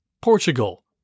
Portugal